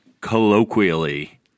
colloquially